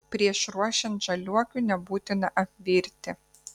prieš ruošiant žaliuokių nebūtina apvirti